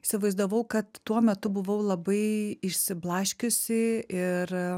įsivaizdavau kad tuo metu buvau labai išsiblaškiusi ir